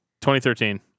2013